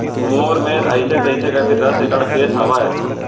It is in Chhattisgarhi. मोर मेर अइसे तइसे करके दस एकड़ खेत हवय